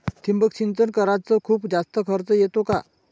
ठिबक सिंचन कराच खूप जास्त खर्च येतो का?